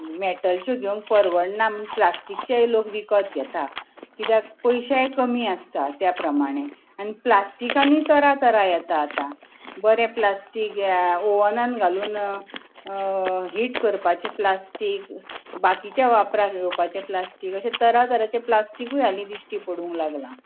मेटलच्यो घेवंक परवनडा म्हूण प्लास्टिकचे लोक विकत घेतात कित्याक पयशेय कमी आसतात त्या प्रमाणें आनी प्लास्टकांनीय तरा तरा येता आतां बरें प्लास्टीक ओवनान घालून हीट करपाचें प्लास्टीक बाकीचें वापराक येवपाचे प्लास्टीक अशें तरातरांचे प्लास्टिकूय आतां दिश्टी पडूंक लागलां